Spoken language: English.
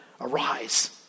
arise